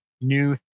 new